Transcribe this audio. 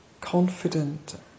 confident